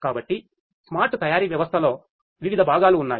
కాబట్టి స్మార్ట్ తయారీ వ్యవస్థలో వివిధ భాగాలు ఉన్నాయి